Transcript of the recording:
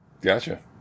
Gotcha